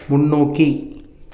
முன்னோக்கி